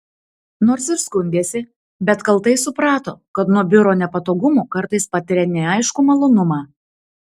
nors ir skundėsi bet kaltai suprato kad nuo biuro nepatogumų kartais patiria neaiškų malonumą